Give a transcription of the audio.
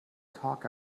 talk